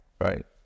Right